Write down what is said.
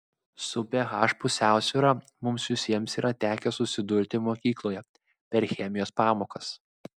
su ph pusiausvyra mums visiems yra tekę susidurti mokykloje per chemijos pamokas